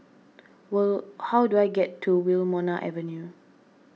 well how do I get to Wilmonar Avenue